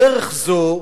בדרך זאת,